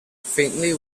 faintly